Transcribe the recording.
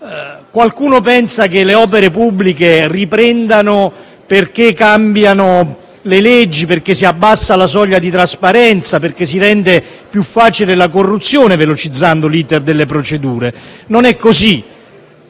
Qualcuno pensa che le opere pubbliche riprendano perché cambiano le leggi, perché si fa diminuire la soglia di trasparenza, perché si rende più facile la corruzione velocizzando l'*iter* delle procedure? Non è così.